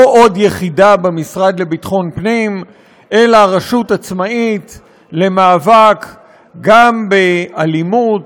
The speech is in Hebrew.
עוד יחידה במשרד לביטחון פנים אלא רשות עצמאית למאבק גם באלימות,